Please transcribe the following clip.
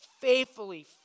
faithfully